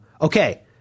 Okay